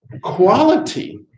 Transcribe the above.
quality